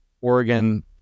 Oregon